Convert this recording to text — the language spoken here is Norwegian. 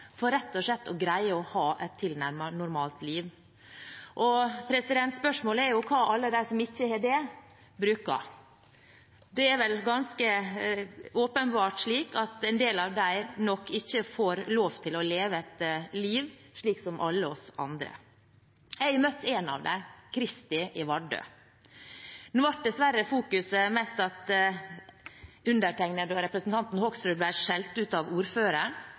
for rett og slett å greie å ha et tilnærmet normalt liv. Spørsmålet er hva alle dem som ikke har det, bruker. Det er ganske åpenbart slik at en del av dem nok ikke får lov til å leve et liv, slik som alle oss andre. Jeg har møtt en av dem, Christi i Vardø. Nå ble det dessverre mest fokusert på at jeg og representanten Hoksrud ble skjelt ut av ordføreren